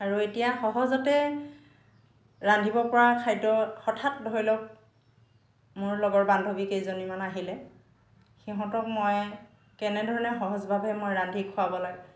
আৰু এতিয়া সহজতে ৰান্ধিব পৰা খাদ্য হঠাৎ ধৰি লওক মোৰ লগৰ বান্ধৱী কেইজনীমান আহিলে সিহঁতক মই কেনে ধৰণে সহজভাৱে মই ৰান্ধি খুৱাব লাগে